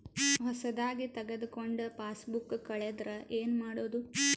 ಹೊಸದಾಗಿ ತೆಗೆದುಕೊಂಡ ಪಾಸ್ಬುಕ್ ಕಳೆದರೆ ಏನು ಮಾಡೋದು?